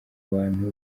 abantu